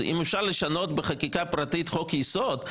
אם אפשר לשנות בחקיקה פרטית חוק יסוד,